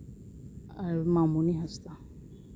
ᱟᱨ ᱢᱟᱢᱚᱱᱤ ᱦᱟᱸᱥᱫᱟ